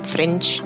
French